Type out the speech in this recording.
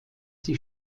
die